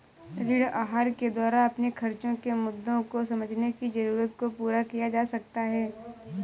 ऋण आहार के द्वारा अपने खर्चो के मुद्दों को समझने की जरूरत को पूरा किया जा सकता है